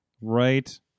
Right